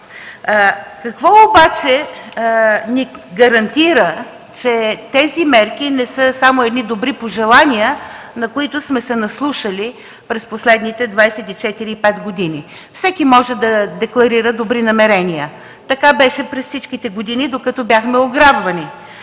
Какво обаче ни гарантира, че тези мерки не са само добри пожелания, на които сме се наслушали през последните 24-25 години?! Всеки може да декларира добри намерения. Така беше през всичките години, докато бяхме ограбвани.